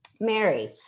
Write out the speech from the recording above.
Mary